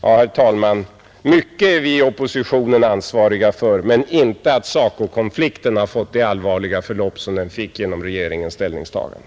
Ja, herr talman, mycket är vi i oppositionen ansvariga för men inte för att SACO-konflikten har fått det allvarliga förlopp som den fått genom regeringens ställningstagande.